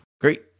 great